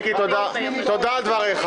מקום שמיני בעולם.